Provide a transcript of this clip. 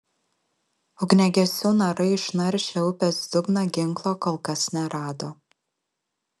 ugniagesių narai išnaršę upės dugną ginklo kol kas nerado